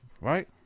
right